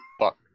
Fuck